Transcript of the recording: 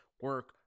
Work